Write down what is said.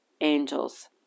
angels